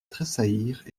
tressaillirent